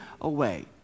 away